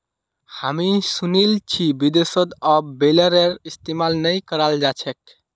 हामी सुनील छि विदेशत अब बेलरेर इस्तमाल नइ कराल जा छेक